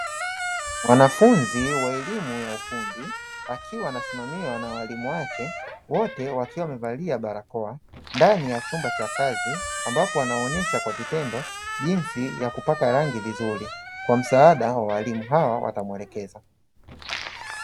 Mwanafunzi wa elimu ya ufundi akiwa anasimamiwa na walimu wake, wote wakiwa wamevalia barakoa ndani ya chumba cha kazi. Ambapo anawaonyesha kwa vitendo jinsi ya kupaka rangi vizuri, kwa msaada wa walimu hao watamuelekeza.